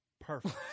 Perfect